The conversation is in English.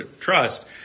trust